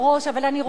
אבל אני רוצה,